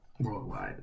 worldwide